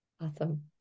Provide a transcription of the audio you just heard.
Awesome